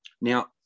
now